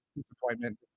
disappointment